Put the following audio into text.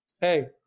hey